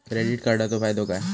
Credit कार्डाचो फायदो काय?